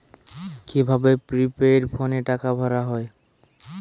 কি ভাবে প্রিপেইড ফোনে টাকা ভরা হয়?